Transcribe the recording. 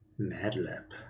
Madlab